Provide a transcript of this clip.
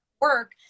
work